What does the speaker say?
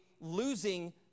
losing